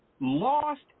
lost